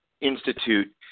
institute